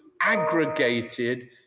aggregated